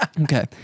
Okay